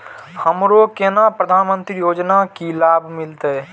हमरो केना प्रधानमंत्री योजना की लाभ मिलते?